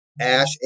Ash